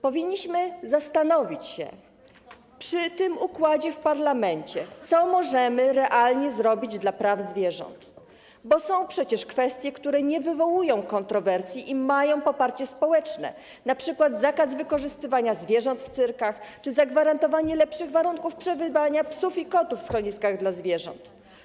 Powinniśmy zastanowić się przy tym układzie w parlamencie, co możemy realnie zrobić dla praw zwierząt, bo są przecież kwestie, które nie wywołują kontrowersji i mają poparcie społeczne, np. zakaz wykorzystywania zwierząt w cyrkach czy zagwarantowanie lepszych warunków przebywania psów i kotów w schroniskach dla zwierząt.